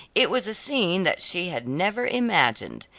it was a scene that she had never imagined.